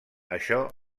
això